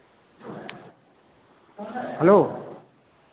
hello